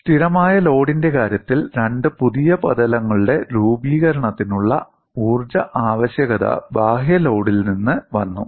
സ്ഥിരമായ ലോഡിന്റെ കാര്യത്തിൽ രണ്ട് പുതിയ പ്രതലങ്ങളുടെ രൂപീകരണത്തിനുള്ള ഊർജ്ജ ആവശ്യകത ബാഹ്യ ലോഡിൽ നിന്ന് വന്നു